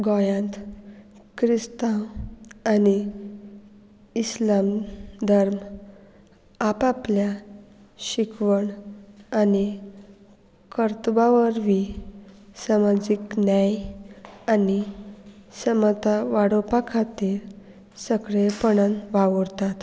गोंयांत क्रिस्तांव आनी इस्लाम धर्म आपआपल्या शिकवण आनी कर्तुबा वरवीं समाजीक न्याय आनी समता वाडोवपा खातीर सगळेपणान वावुरतात